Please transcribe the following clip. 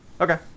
Okay